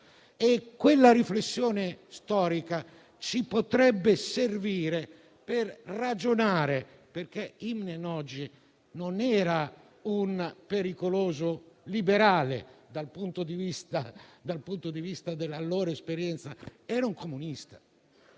La riflessione storica potrebbe servire per ragionare. Imre Nagy infatti non era un pericoloso liberale, dal punto di vista della loro esperienza, ma un comunista.